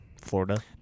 Florida